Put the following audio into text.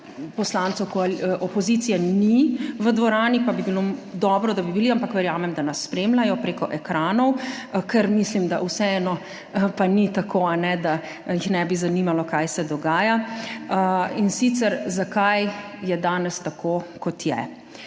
poslancev opozicije ni v dvorani, pa bi bilo dobro, da bi bili, ampak verjamem, da nas spremljajo preko ekranov, ker mislim, da vseeno pa ni tako, da jih ne bi zanimalo, kaj se dogaja, in sicer zakaj je danes tako, kot je.